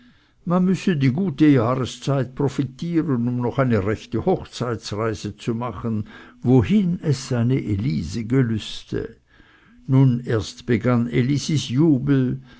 man müsse die gute jahreszeit profitieren um noch eine rechte hochzeitreise zu machen wohin es seine elise gelüste nun erst begann elisis jubel